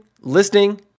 listening